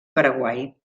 paraguai